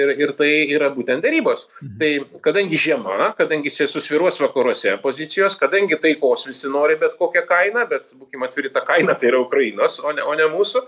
ir ir tai yra būtent derybos tai kadangi žiema kadangi čia susvyruos vakaruose pozicijos kadangi taikos visi nori bet kokia kaina bet būkim atviri ta kaina tai yra ukrainos o ne o ne mūsų